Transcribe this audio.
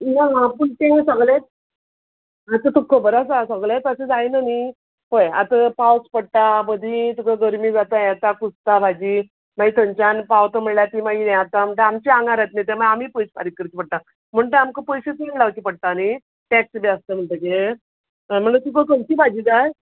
ना पूण ते सगलेत आतां तुक खबर आसा सगलेत अशें जायना न्ही पय आतां पावस पडटा मदीं तुका गर्मी जाता यें आता कुसता भाजी माय थंयंचान पावत म्हळ्ळ्या ती मागी हें आता म्हणटा आमच्या आंगार येत्लें तें माय आमी पयश फारीक करचे पडटा म्हूण तें आमकां पयशे चड घालचे पडटा न्ही टॅक्स बी आसता म्हणटगीर अय म्हण तुका खंयची भाजी जाय